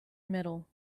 medal